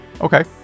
Okay